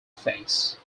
face